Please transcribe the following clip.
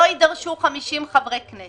לא יידרשו 50 חברי כנסת.